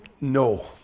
No